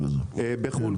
בחו"ל,